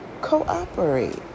cooperate